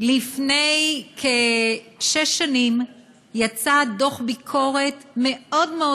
לפני כשש שנים יצא דוח ביקורת מאוד מאוד